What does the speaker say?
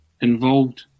involved